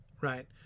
right